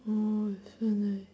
orh so nice